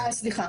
אה, סליחה,